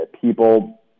people